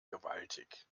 gewaltig